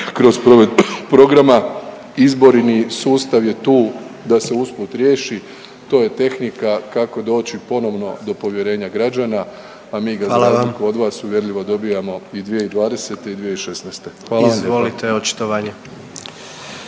kroz provedbu programa, izborni sustav je tu da se usput riješi, to je tehnika kako doći ponovno do povjerenja građana, a mi ga .../Upadica: Hvala vam./... za razliku od vas uvjerljivo dobivamo i 2020. i 2016. Hvala vam lijepo.